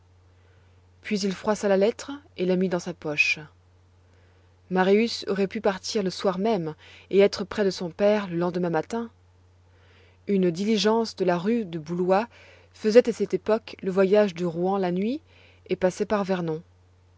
puis il froissa la lettre et la mit dans sa poche marius aurait pu partir le soir même et être près de son père le lendemain matin une diligence de la rue du bouloi faisait à cette époque le voyage de rouen la nuit et passait par vernon